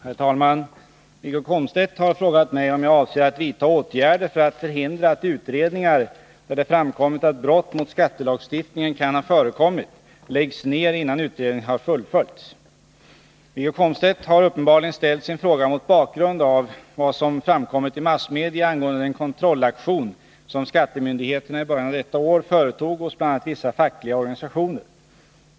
Herr talman! Wiggo Komstedt har frågat mig om jag avser att vidta åtgärder för att förhindra att utredningar, där det framkommit att brott mot skattelagstiftningen kan ha förekommit, läggs ned innan utredningen har fullföljts. Wiggo Komstedt har uppenbarligen ställt sin fråga mot bakgrund av vad som framkommit i massmedia angående den kontrollaktion som skattemyndigheterna i början av detta år företog hos bl.a. vissa fackliga organisationer.